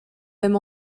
même